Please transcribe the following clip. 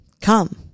Come